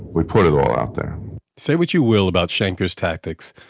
we put it all out there say what you will about shaker's tactics.